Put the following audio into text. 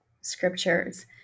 scriptures